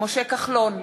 משה כחלון,